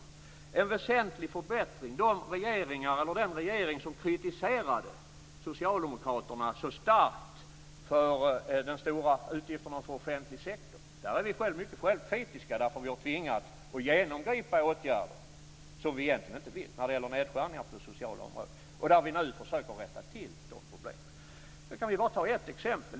Det är en väsentlig förbättring. Den borgerliga regeringen kritiserade Socialdemokraterna starkt för de stora utgifterna för offentlig sektor, och där är vi mycket självkritiska. Vi har tvingats vidta genomgripande åtgärder som vi egentligen inte vill vidta när det gäller nedskärningar på det sociala området, och vi försöker nu rätta till de problemen. Jag kan bara ta ett exempel.